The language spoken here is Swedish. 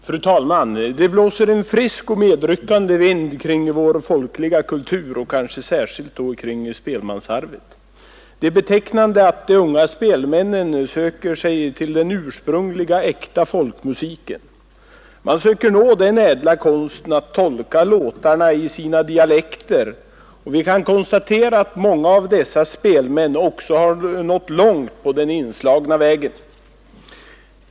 Fru talman! Det blåser en frisk och medryckande vind kring vår folkliga kultur och kanske särskilt då kring spelmansarvet. Det är betecknande att de unga spelmännen söker sig till den ursprungliga äkta folkmusiken. Man söker nå den ädla konsten att tolka låtarna i sina dialekter, och vi kan konstatera att många av dessa spelmän också har nått långt på den inslagna vägen.